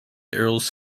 earls